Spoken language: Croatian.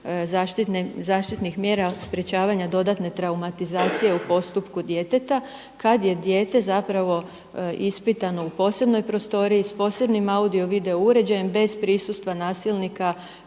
zaštitnih mjera sprječavanja dodatne traumatizacije u postupku djeteta kad je dijete zapravo ispitano u posebnoj prostoriji, s posebni audio-video uređajem bez prisustva nasilnika,